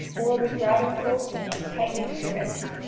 or with rather full sleeves tightening to the wrist.